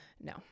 No